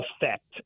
effect